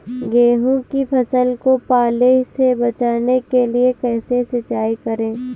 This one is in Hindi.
गेहूँ की फसल को पाले से बचाने के लिए कैसे सिंचाई करें?